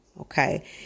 Okay